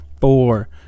four